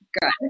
good